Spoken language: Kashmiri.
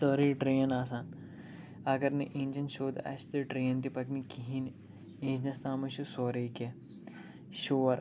سٲرٕے ٹرٛین آسان اگر نہٕ اِنجیٚن سیوٚد آسہِ تہٕ ٹرٛین تہِ پَکہِ نہ کِہیٖنۍ اِنجنَس تامٕے چھُ سورٕے کیٚنٛہہ شوٗر